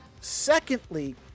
Secondly